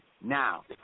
now